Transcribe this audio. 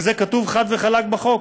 וזה כתוב חד וחלק בחוק.